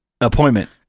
appointment